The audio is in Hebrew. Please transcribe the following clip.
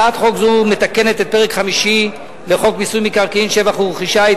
הצעת חוק זו מתקנת את הפרק החמישי לחוק מיסוי מקרקעין (שבח ורכישה),